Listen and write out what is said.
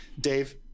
Dave